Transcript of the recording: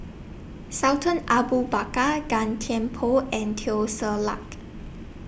Sultan Abu Bakar Gan Thiam Poh and Teo Ser Luck